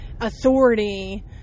authority